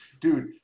Dude